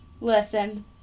listen